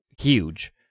huge